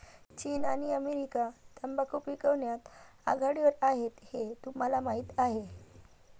चीन आणि अमेरिका तंबाखू पिकवण्यात आघाडीवर आहेत हे तुम्हाला माहीत आहे